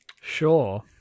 Sure